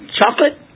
chocolate